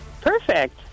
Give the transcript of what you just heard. Perfect